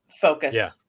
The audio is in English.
focus